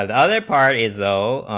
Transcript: um other part is so